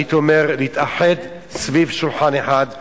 הייתי אומר, להתאחד סביב שולחן אחד.